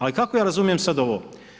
Ali kako ja razumijem sad ovo.